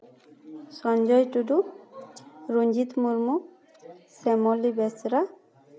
Sanjay Tudu Ranjit Murmu Semoli Besra